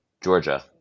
Georgia